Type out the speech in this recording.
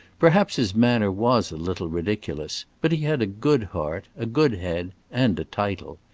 perhaps his manner was a little ridiculous, but he had a good heart, a good head, and a title.